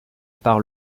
par